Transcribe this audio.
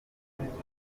perezida